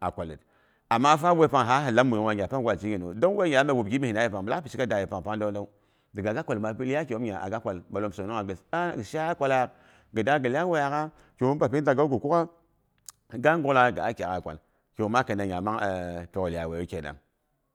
a kwalet. Ama fa, whei pang fa hi lam muyunghe, ngyan pangu ngwa zheginu, dong ngwa allah wob gimina yepang gimis lak pishika daa yepang pang lau lau. Daga mi iyai kighom nya a gak kwal malom sonongha gəs. A'a ghi shi shaak kwalak, gidang ghi iyai wuei, yagha kigu bapidak'ghawu ghi kug'ha ga nguk laghai ghi a kyak'gha kwal. Kingwu maa kina nya mang pyok iyai weiyu kenang.